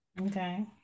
Okay